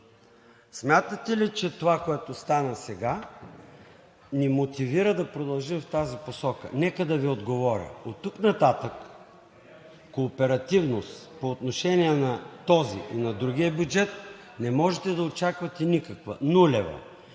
Смятате ли, че това, което стана сега, ни мотивира да продължим в тази посока? Нека да отговоря: оттук нататък кооперативност по отношение на този и на другия бюджет не можете да очаквате никаква – нулева,